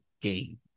game